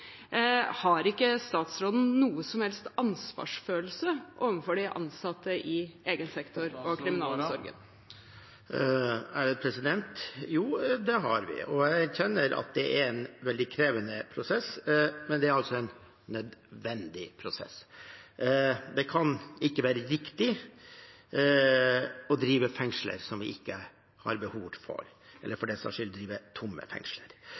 Har ikke statsråden noe som helst ansvarsfølelse overfor de ansatte i egen sektor og kriminalomsorgen? Jo, det har vi, og jeg erkjenner at det er en veldig krevende prosess, men det er en nødvendig prosess. Det kan ikke være riktig å drive fengsler som vi ikke har behov for, eller for del saks skyld drive tomme fengsler.